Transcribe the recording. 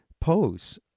pose